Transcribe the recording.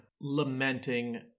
lamenting